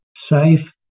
safe